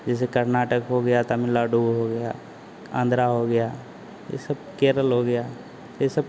जैसे कर्नाटक हो गया तमिलनाडु हो हो गया आंध्रा हो गया ये सब केरल हो गया ये सब